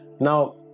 Now